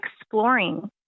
exploring